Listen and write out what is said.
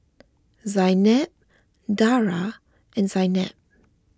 Zaynab Dara and Zaynab